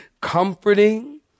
comforting